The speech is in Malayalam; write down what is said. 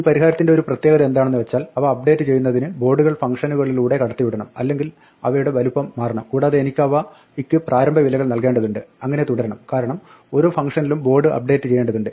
ഈ പരിഹാരത്തിന്റെ ഒരു പ്രത്യേകതയെന്താണെന്ന് വെച്ചാൽ അവ അപ്ഡേറ്റ് ചെയ്യുന്നതിന് ബോർഡുകൾ ഫംഗ്ഷനുകളിലൂടെ കടത്തിവിടണം അല്ലെങ്കിൽ അവയുടെ വലുപ്പം മാറ്റണം കൂടാതെ എനിക്ക് അവയ്ക്ക് പ്രാരംഭവിലകൾ നൽകേണ്ടതുണ്ട് അങ്ങിനെ തുടരണം കാരണം ഓരോ ഫംഗ്ഷനിലും ബോർഡ് അപ്ഡേറ്റ് ചെയ്യേണ്ടതുണ്ട്